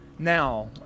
now